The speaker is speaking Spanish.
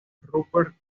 rupert